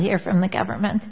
hear from the government